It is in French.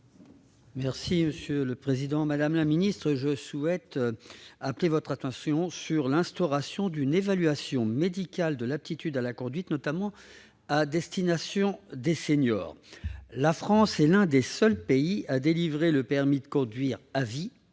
M. le ministre de l'intérieur. Madame la secrétaire d'État, je souhaite appeler votre attention sur l'instauration d'une évaluation médicale de l'aptitude à la conduite, notamment à destination des seniors. La France est l'un des seuls pays à délivrer le permis de conduire à vie,